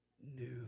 new